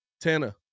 Tana